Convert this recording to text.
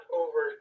over